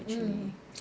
mm